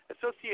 Associate